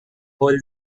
hold